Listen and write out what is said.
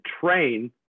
train